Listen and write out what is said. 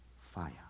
fire